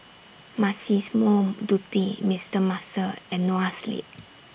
Massimo Dutti Mister Muscle and Noa Sleep